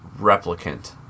replicant